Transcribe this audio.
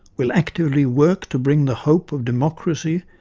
will actively work to bring the hope of democracy,